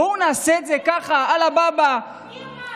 בואו נעשה את זה ככה, עלא באב, מי אמר?